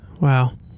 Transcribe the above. wow